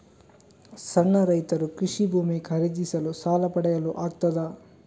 ಸಣ್ಣ ರೈತರು ಕೃಷಿ ಭೂಮಿ ಖರೀದಿಸಲು ಸಾಲ ಪಡೆಯಲು ಆಗ್ತದ?